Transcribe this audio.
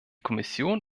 kommission